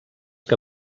que